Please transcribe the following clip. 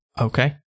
Okay